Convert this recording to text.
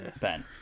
Ben